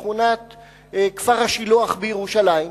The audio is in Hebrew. בשכונת כפר-השילוח בירושלים,